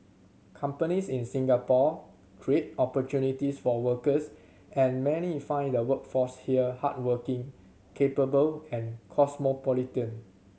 companies in Singapore create opportunities for workers and many find the workforce here hardworking capable and cosmopolitan